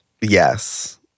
Yes